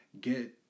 get